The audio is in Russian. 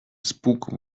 испуг